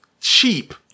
cheap